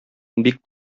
бик